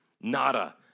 nada